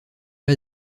pas